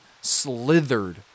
slithered